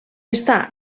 està